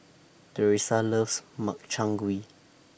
Teresa loves Makchang Gui